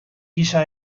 gisa